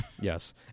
Yes